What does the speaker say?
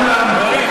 כולם.